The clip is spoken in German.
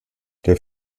der